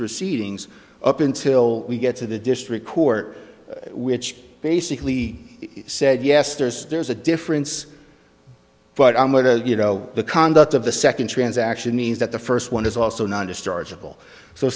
proceedings up until we get to the district court which basically said yes there's there's a difference but i'm going to you know the conduct of the second transaction means that the first one is also not a storage of will so